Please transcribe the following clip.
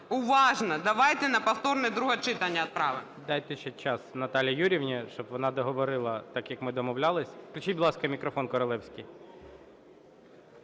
уважно - давайте на повторне друге читання відправимо. ГОЛОВУЮЧИЙ. Дайте ще час Наталії Юріївні, щоб вона договорила, так як ми домовлялися. Включіть, будь ласка, мікрофон Королевській.